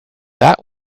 that